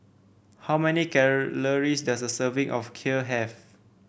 how many calories does a serving of Kheer have